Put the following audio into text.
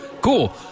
Cool